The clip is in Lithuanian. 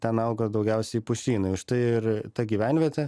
ten augo daugiausiai pušynai už tai ir ta gyvenvietė